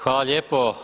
Hvala lijepo.